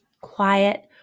Quiet